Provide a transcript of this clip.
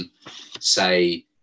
say